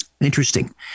Interesting